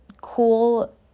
cool